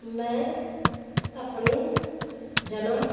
ਮੈਂ ਆਪਣੇ ਜਨਮ